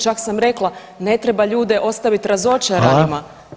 Čak sam rekla, ne treba ljude ostaviti razočaranima